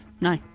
No